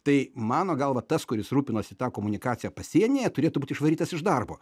tai mano galva tas kuris rūpinosi ta komunikacija pasienyje turėtų būt išvarytas iš darbo